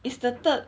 it's the third